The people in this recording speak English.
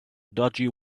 dodgy